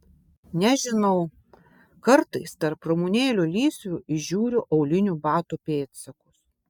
nežinau kartais tarp ramunėlių lysvių įžiūriu aulinių batų pėdsakus